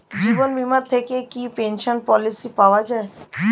জীবন বীমা থেকে কি পেনশন পলিসি পাওয়া যায়?